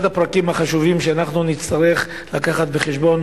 אחד הפרקים החשובים שנצטרך לקחת בחשבון